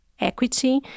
equity